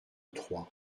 trois